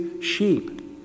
sheep